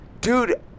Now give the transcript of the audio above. dude